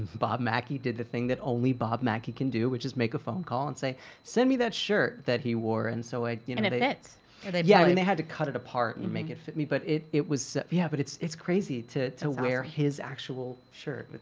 bob mackie did the thing that only bob mackie can do which is make a phone call and say send me that shirt that he wore. and so you know and it it fits yeah, i mean they had to cut it apart and make it fit me, but it it was yeah but it's it's crazy to to wear his actual shirt.